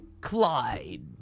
Clyde